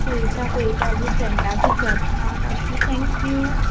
पयता पयता बु फ्रँडाक विचारता हां काकी थँक्यू